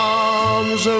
arms